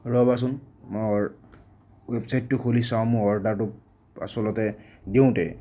ৰ'বাচোন মোৰ ৱেবছাইটটো খুলি চাওঁ মোৰ অৰ্ডাৰটো আচলতে দিওঁতে